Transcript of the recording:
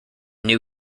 new